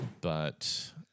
But-